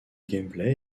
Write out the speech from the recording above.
gameplay